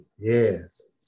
Yes